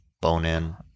bone-in